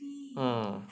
ah